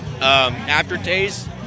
Aftertaste